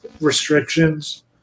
restrictions